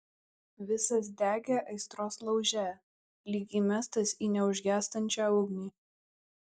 visas degė aistros lauže lyg įmestas į neužgęstančią ugnį